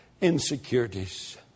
insecurities